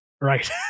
Right